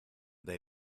they